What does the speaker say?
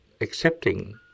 accepting